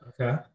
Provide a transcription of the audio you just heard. Okay